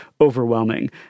overwhelming